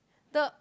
the